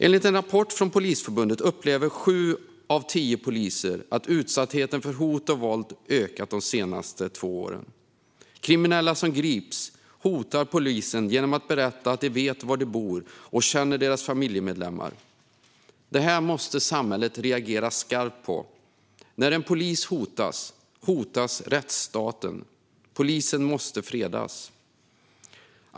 Enligt en rapport från Polisförbundet upplever sju av tio poliser att utsattheten för hot och våld ökat de senaste två åren. Kriminella som grips hotar polisen genom att tala om att de vet var de bor och känner deras familjemedlemmar. Detta måste samhället reagera skarpt på. När en polis hotas, hotas rättsstaten. Polisen måste fredas.